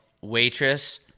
waitress